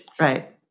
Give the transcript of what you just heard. Right